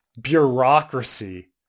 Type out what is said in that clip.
bureaucracy